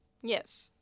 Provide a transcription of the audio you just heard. yes